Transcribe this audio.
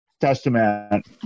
Testament